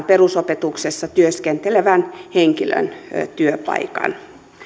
perusopetuksessa työskentelevän henkilön työpaikan